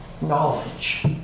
knowledge